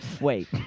Wait